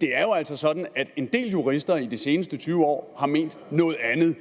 Det er altså sådan, at en del jurister i de seneste 20 år har ment noget andet,